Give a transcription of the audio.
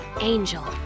Angel